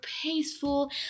peaceful